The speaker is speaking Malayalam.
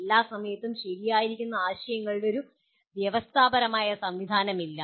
എല്ലാ സമയത്തും ശരിയായിരിക്കുന്ന ആശയങ്ങളുടെ ഒരു വ്യവസ്ഥാപരമായ സംവിധാനമില്ല